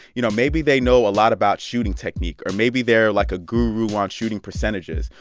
you know, maybe they know a lot about shooting technique. or maybe they're, like, a guru on shooting percentages.